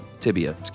tibia